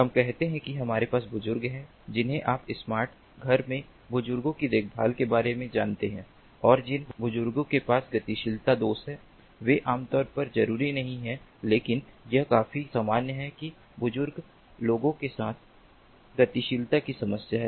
हम कहते हैं कि हमारे पास बुजुर्ग हैं जिन्हें आप स्मार्ट घर में बुजुर्गों की देखभाल के बारे में जानते हैं और जिन बुजुर्गों के पास गतिशीलता दोष हैं वे आमतौर पर जरूरी नहीं हैं लेकिन यह काफी सामान्य है कि बुजुर्ग लोगों के साथ गतिशीलता की समस्याएं हैं